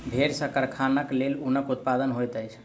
भेड़ सॅ कारखानाक लेल ऊनक उत्पादन होइत अछि